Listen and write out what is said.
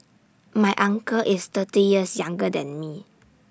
my uncle is thirty years younger than me